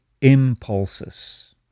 impulses